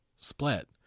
split